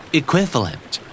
equivalent